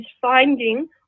finding